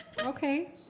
Okay